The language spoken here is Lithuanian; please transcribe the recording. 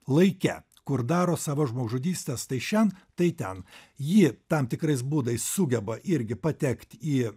laike kur daro savo žmogžudystes tai šen tai ten ji tam tikrais būdais sugeba irgi patekti į